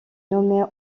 nommé